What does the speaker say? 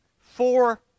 four